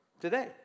today